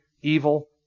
evil